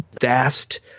vast